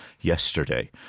yesterday